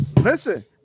Listen